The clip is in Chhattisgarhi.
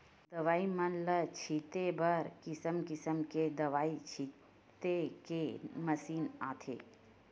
दवई मन ल छिते बर किसम किसम के दवई छिते के मसीन आथे